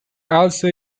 also